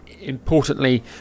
importantly